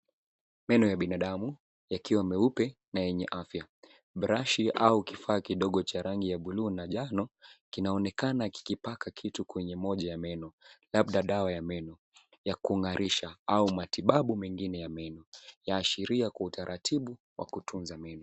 Meno ya binadamu yakiwa meupe na yenye afya. Brashi au kifaa kidogo cha rangi ya buluu na njano, kinaonekana kikipaka kitu kwenye moja ya meno, labda dawa ya meno ya kungarisha au matibabu mengine ya meno, yaashiria kwa utaratibu wa kutunza meno.